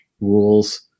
rules